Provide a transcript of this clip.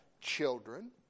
children